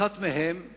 אחת מהן היא